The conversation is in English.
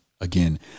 again